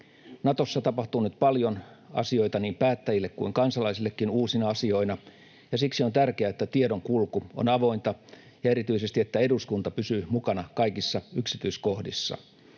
Natossa tapahtuu nyt paljon asioita niin päättäjille kuin kansalaisillekin uusina asioita, ja siksi on tärkeää, että tiedonkulku on avointa ja erityisesti eduskunta pysyy mukana kaikissa yksityiskohdissa.